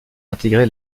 intégrée